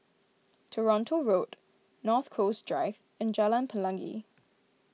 Toronto Road North Coast Drive and Jalan Pelangi